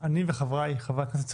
וחבריי חברי הכנסת.